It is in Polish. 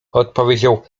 odpowiedział